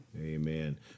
Amen